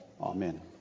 Amen